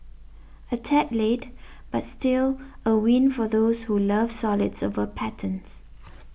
a tad late but still a win for those who love solids over patterns